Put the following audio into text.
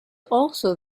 also